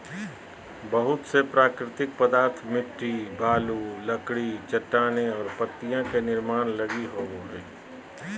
बहुत से प्राकृतिक पदार्थ मिट्टी, बालू, लकड़ी, चट्टानें और पत्तियाँ के निर्माण लगी होबो हइ